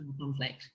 conflict